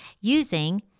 using